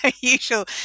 usual